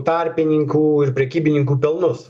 tarpininkų ir prekybininkų pelnus